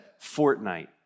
Fortnite